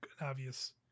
obvious